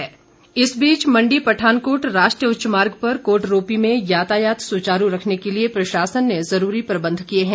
कोटरोपी इस बीच मण्डी पठानकोट राष्ट्रीय उच्च मार्ग पर कोटरोपी में यातायात सुचारू रखने के लिए प्रशासन ने ज़रूरी प्रबंध किए हैं